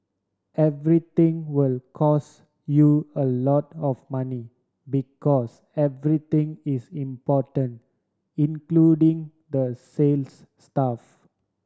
everything will cost you a lot of money because everything is important including the sales staff